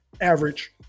average